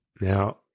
Now